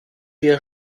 wir